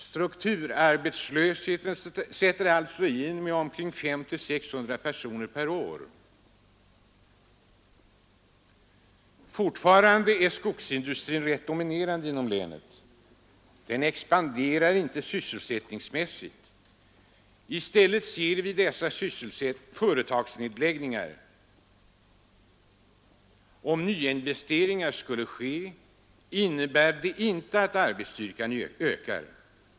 Strukturarbetslösheten sätter alltså in med omkring 500—600 personer per år. Skogsindustrin är fortfarande ganska dominerande inom länet, men den expanderar inte sysselsättningsmässigt. Vi får i stället företagsnedläggningar. Om nya investeringar görs, innebär det inte att arbetsstyrkan ökar.